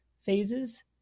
phases